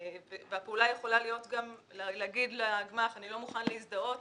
והפעולה יכולה גם להיות אמירה לגמ"ח: אני לא מוכן להזדהות,